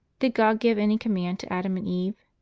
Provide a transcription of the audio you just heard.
did god give any command to adam and eve?